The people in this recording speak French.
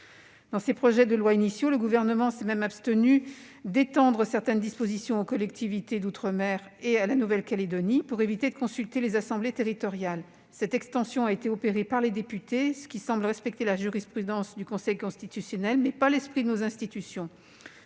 Dans ses projets de loi initiaux, le Gouvernement s'est même abstenu d'étendre certaines dispositions aux collectivités d'outre-mer et à la Nouvelle-Calédonie pour éviter de consulter les assemblées territoriales. Cette extension a été opérée par les députés, ce qui semble respecter la jurisprudence du Conseil constitutionnel mais pas l'esprit de nos institutions.